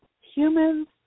humans